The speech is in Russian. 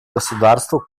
государству